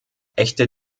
echte